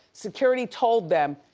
security told them,